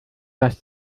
das